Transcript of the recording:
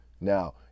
now